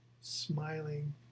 smiling